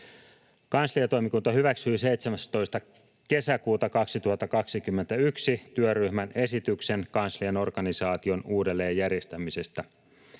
Kansliatoimikunta hyväksyi 17. kesäkuuta 2021 työryhmän esityksen kanslian organisaation uudelleenjärjestämisestä.